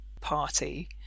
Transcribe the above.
party